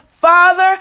father